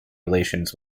relations